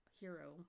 hero